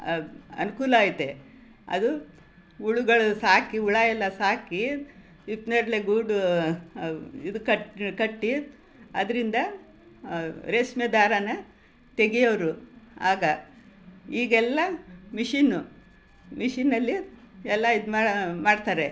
ಅ ಅನುಕೂಲ ಐತೆ ಅದು ಹುಳುಗಳು ಸಾಕಿ ಹುಳ ಎಲ್ಲ ಸಾಕಿ ಹಿಪ್ನೇರಳೆ ಗೂಡು ಇದು ಕಟ್ಟಿ ಕಟ್ಟಿ ಅದರಿಂದ ರೇಷ್ಮೆ ದಾರನ ತೆಗಿಯೋರು ಆಗ ಈಗೆಲ್ಲ ಮಿಷಿನ್ನು ಮಿಷಿನ್ನಲ್ಲಿ ಎಲ್ಲ ಇದು ಮಾಡೋ ಮಾಡ್ತಾರೆ